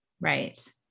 Right